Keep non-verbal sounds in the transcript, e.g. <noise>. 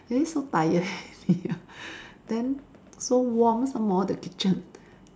then so tired already ah <laughs> then so warm some more the kitchen